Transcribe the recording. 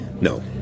No